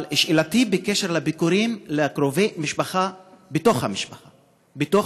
אבל שאלתי היא בקשר לביקורים של קרובי משפחה בתוך המדינה.